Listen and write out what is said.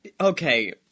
okay